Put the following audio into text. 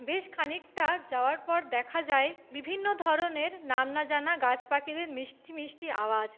বেশ খানিকটা যাওয়ার পর দেখা যায় বিভিন্ন ধরনের নাম না জানা গাছ পাখিদের মিষ্টি মিষ্টি আওয়াজ